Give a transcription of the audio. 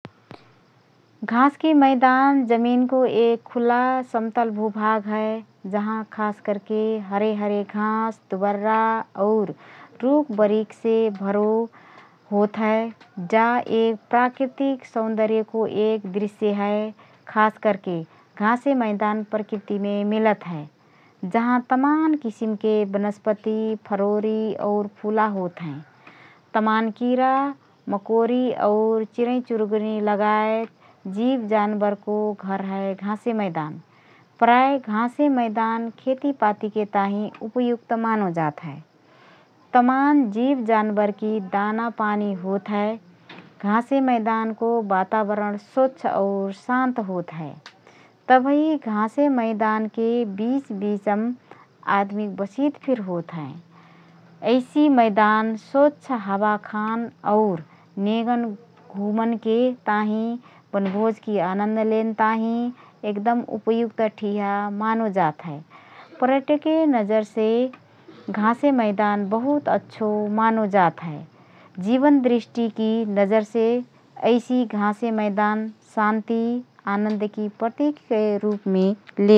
घाँसकी मैदान जमिनको एक खुला, समतल भू-भाग हए । जहाँ खास करके हरे हरे घाँस, दुबर्रा और रुख बरिखसे भरो होतहए । जा एक प्राकृतिक सौन्दर्यको एक दृश्य हए । खास करके घाँसे मैदान प्रकृतिमे मिलत हए । जहाँ तमान किसिमके वनस्पति, फरोरी और फूला होतहएँ । तमान किरा मकोरी और चिरै चुरगुनि लगायत जीव जानबरको घर हए घाँसे मैदान । प्राय: घाँसे मैदान खेती पातीके ताहिँ उपयुक्त मानोजात हए । तमान जीव जानबरकी दाना पानी होत हए । घाँसे मैदानको वातावरण स्वच्छ और शान्त होतहए । तबही घासे मैदनके बीच बिचम आदमीक बसिद फिर होत हए । ऐसि मैदान स्वच्छ हावा खान और नेगन घुँमनके ताहिँ वनभोजकी आनन्द लेन ताहिँ एकदम उपयुक्त ठिहा मानोजात हए । पर्यटकीय नजरसे घाँसे मैदान बहुत अच्छो मनोजात हए । जीवन दृष्टिकी नजरमे ऐसि घाँसे मैदान शान्ति और आनन्दकी प्रतीकके रुपमे लेतहएँ ।